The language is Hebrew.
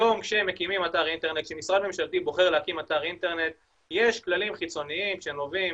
היום כשמשרד ממשלתי בוחר להקים אתר אינטרנט יש כללים חיצוניים שנובעים,